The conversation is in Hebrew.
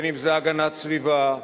אם הגנת הסביבה,